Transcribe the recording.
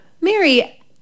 Mary